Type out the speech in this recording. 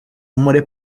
muri